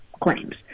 claims